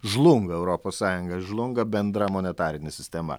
žlunga europos sąjunga žlunga bendra monetarinė sistema